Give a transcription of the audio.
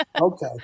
Okay